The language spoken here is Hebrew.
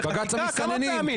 כמה פעמים,